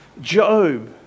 Job